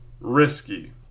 risky